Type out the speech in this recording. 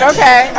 Okay